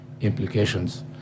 implications